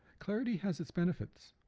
clarity has its benefits.